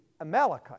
Amalekite